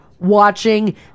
Watching